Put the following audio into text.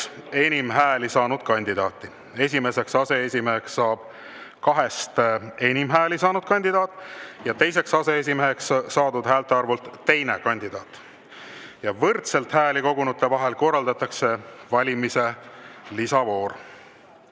enim hääli saanud kandidaati. Esimeseks aseesimeheks saab kahest enim hääli saanud kandidaat ja teiseks aseesimeheks saadud häälte arvult teine kandidaat. Võrdselt hääli kogunute vahel korraldatakse valimise lisavoor.